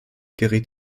geriet